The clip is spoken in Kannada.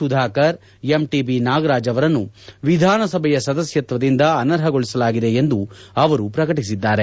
ಸುಧಾಕರ್ ಎಂಟಿಬಿ ನಾಗರಾಜ್ ಅವರನ್ನು ವಿಧಾನಸಭೆಯ ಸದಸ್ವತ್ವದಿಂದ ಅನರ್ಹಗೊಳಿಸಲಾಗಿದೆ ಎಂದು ಅವರು ಪ್ರಕಟಿಸಿದ್ದಾರೆ